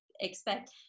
expect